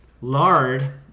Lard